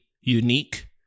unique